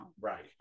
Right